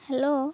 hello